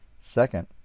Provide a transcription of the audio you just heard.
Second